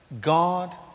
God